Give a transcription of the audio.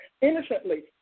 innocently